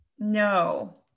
no